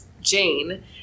Jane